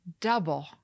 double